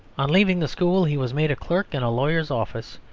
on leaving the school he was made a clerk in a lawyer's office,